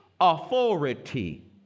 authority